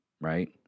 right